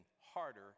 harder